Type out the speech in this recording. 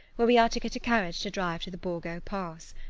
where we are to get a carriage to drive to the borgo pass.